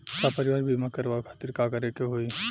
सपरिवार बीमा करवावे खातिर का करे के होई?